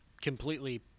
completely